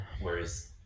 whereas